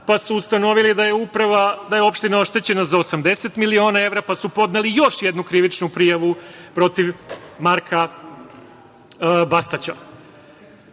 pa su ustanovili da je opština oštećena za 80 miliona evra, pa su podneli još jednu krivičnu prijavu protiv Marka Bastaća. Iskazao